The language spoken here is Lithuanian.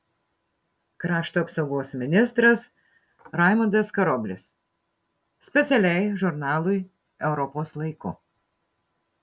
krašto apsaugos ministras raimundas karoblis specialiai žurnalui europos laiku